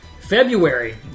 February